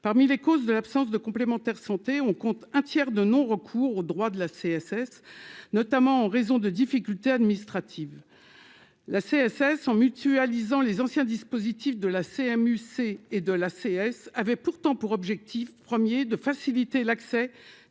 parmi les causes de l'absence de complémentaire santé, on compte un tiers de non-recours aux droits de la CSS, notamment en raison de difficultés administratives, la CSS en mutualisant les anciens dispositifs de la CMU-C et de l'ACS avait pourtant pour objectif 1er de faciliter l'accès